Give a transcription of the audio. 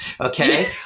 Okay